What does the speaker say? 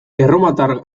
erromatar